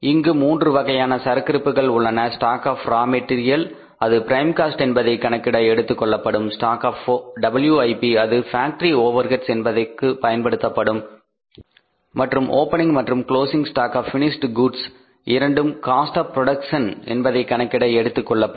இங்கு மூன்று வகையான சரக்கிருப்புகள் உள்ளன ஸ்டாக் ஆப் ரா மெட்டீரியல் அது ப்ரைம் காஸ்ட் என்பதை கணக்கிட எடுத்துகொள்ளபடும் ஸ்டாக் ஆப் WIP அது ஃபேக்டரி காஸ்ட் என்பதற்கு பயன்படுத்தப்படும் மற்றும் ஓபனிங் மற்றும் closing stock of finished goods இரண்டும் காஸ்ட் ஆப் புரோடக்சன் என்பதை கணக்கிட எடுத்துக் கொள்ளப்படும்